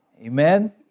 Amen